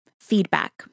feedback